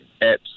apps